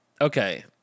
okay